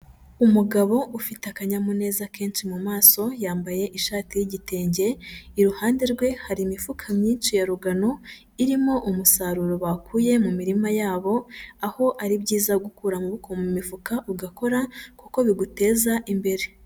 Umugabo ufite akanyamuneza kenshi mu maso yambaye ishati y'igitenge, iruhande rwe hari imifuka myinshi ya rugano irimo umusaruro bakuye mu mirima yabo, aho ari byiza gukura amaboko mu mifuka ugakora kuko biguteza imbere.